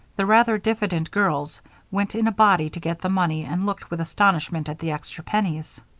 the rather diffident girls went in a body to get the money and looked with astonishment at the extra pennies.